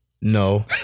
No